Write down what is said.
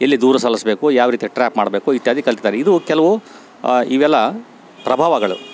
ಎಲ್ಲಿ ದೂರು ಸಲ್ಲಿಸ್ಬೇಕು ಯಾವ ರೀತಿಯ ಟ್ರ್ಯಾಪ್ ಮಾಡ್ಬೇಕು ಇತ್ಯಾದಿ ಕಲ್ತಿದ್ದಾರೆ ಇದು ಕೆಲವು ಇವೆಲ್ಲಾ ಪ್ರಭಾವಗಳು